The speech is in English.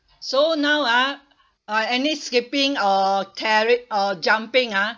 so now ah uh any skipping or teari~ or jumping ah